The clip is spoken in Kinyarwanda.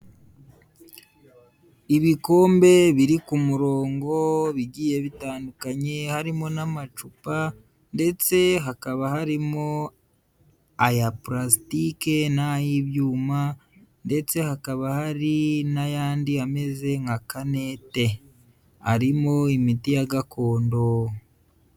Ibikombe biri ku murongo bigiye bitandukanye, harimo n'amacupa ndetse hakaba harimo aya parasitike, nayi byuma, ndetse hakaba hari n'ayandi ameze nka kanete. Arimo imiti ya gakondo.